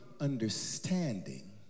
understanding